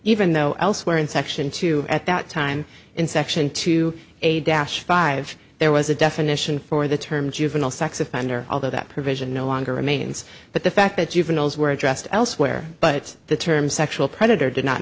even though elsewhere in section two at that time in section two a dash five there was a definition for the term juvenile sex offender although that provision no longer remains but the fact that you've been those were addressed elsewhere but the term sexual predator did not